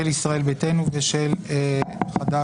של ישראל ביתנו ושל חד"ש-תע"ל.